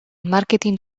marketing